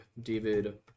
david